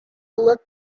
looked